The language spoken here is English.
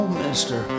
mister